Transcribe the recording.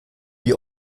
die